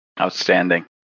Outstanding